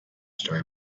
story